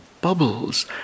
bubbles